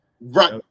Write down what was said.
Right